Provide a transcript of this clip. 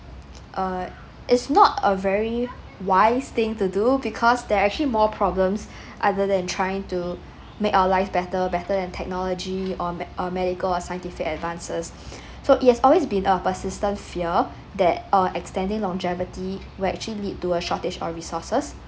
uh it's not a very wise thing to do because there're actually more problems other than trying to make our life better better on technology on on medical or scientific advances so it has always been a persistent fear that uh extending longevity would actually lead to a shortage of resources